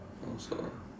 I also ah